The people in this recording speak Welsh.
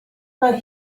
mae